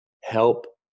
help